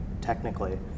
technically